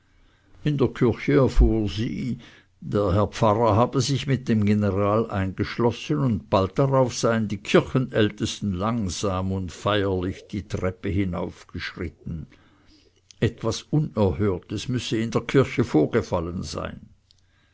in der küche erfuhr sie der herr pfarrer habe sich mit dem general eingeschlossen und bald darauf seien die kirchenältesten langsam und feierlich die treppe hinaufgeschritten etwas unerhörtes müsse in der kirche vorgefallen sein